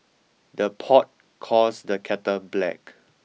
the pot calls the kettle black